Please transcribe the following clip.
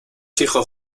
hijos